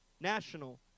national